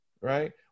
Right